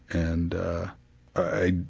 and ah,